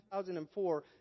2004